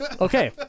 Okay